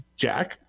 Jack